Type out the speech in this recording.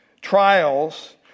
trials